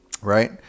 right